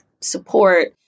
support